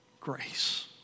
grace